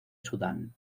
sudán